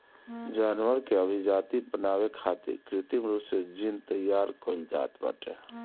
जानवर के अभिजाति बनावे खातिर कृत्रिम रूप से जीन तैयार कईल जात बाटे